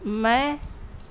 میں